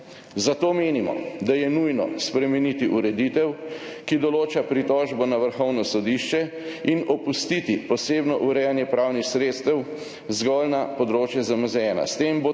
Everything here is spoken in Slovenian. Zato menimo, da je nujno spremeniti ureditev, ki določa pritožbo na Vrhovno sodišče, in opustiti posebno urejanje pravnih sredstev zgolj na področje ZMZ-1.